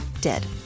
dead